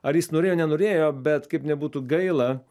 ar jis norėjo nenorėjo bet kaip nebūtų gaila